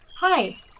Hi